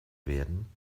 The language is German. werden